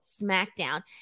SmackDown